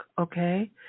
okay